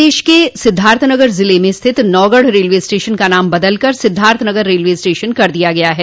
प्रदेश के सिद्धार्थनगर जिले में स्थित नौगढ़ रेलवे स्टेशन का नाम बदल कर सिद्धार्थनगर रेलवे स्टेशन कर दिया गया है